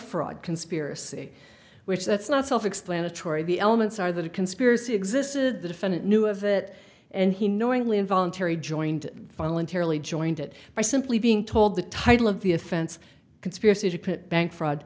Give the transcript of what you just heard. fraud conspiracy which that's not self explanatory the elements are that a conspiracy existed the defendant knew of it and he knowingly involuntary joined voluntarily joined it by simply being told the title of the offense conspiracy to put bank fraud